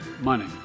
money